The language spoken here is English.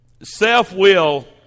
Self-will